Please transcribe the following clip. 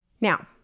Now